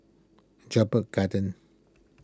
Jedburgh Gardens